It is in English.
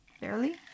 barely